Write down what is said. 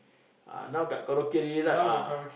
ah now got karaoke already right ah